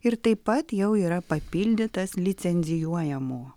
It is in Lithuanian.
ir taip pat jau yra papildytas licencijuojamų